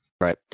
Right